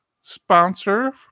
sponsor